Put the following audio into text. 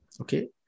Okay